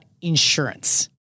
insurance